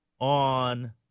on